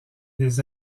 des